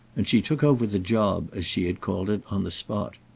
and she took over the job, as she had called it, on the spot.